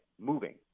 moving